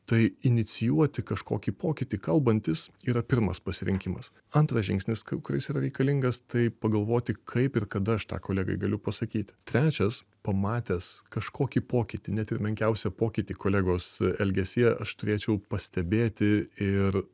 tai inicijuoti kažkokį pokytį kalbantis yra pirmas pasirinkimas antras žingsnis kuris yra reikalingas tai pagalvoti kaip ir kada aš tą kolegai galiu pasakyti trečias pamatęs kažkokį pokytį net ir menkiausią pokytį kolegos elgesy aš turėčiau pastebėti ir